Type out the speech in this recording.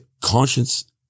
conscience